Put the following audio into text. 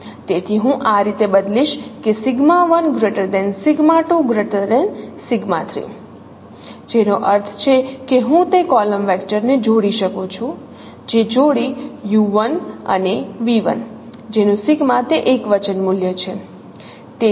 તેથી હું આ રીતે બદલીશ કે જેનો અર્થ છે કે હું તે કોલમ વેક્ટર ને જોડી શકું છું જે જોડી U1 અને V1 જેનું સિગ્મા તે એકવચન મૂલ્ય છે